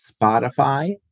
Spotify